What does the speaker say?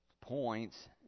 points